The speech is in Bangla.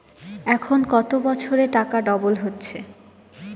এখন কত বছরে টাকা ডবল হচ্ছে?